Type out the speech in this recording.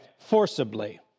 forcibly